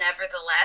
Nevertheless